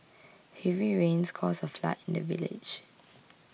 heavy rains caused a flood in the village